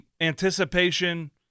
anticipation